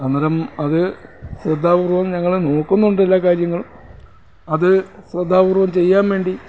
അന്നേരം അത് ശ്രദ്ധാപൂർവ്വം ഞങ്ങൾ നോക്കുന്നുണ്ടെല്ലാ കാര്യങ്ങളും അത് ശ്രദ്ധാപൂർവ്വം ചെയ്യാൻ വേണ്ടി